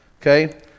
Okay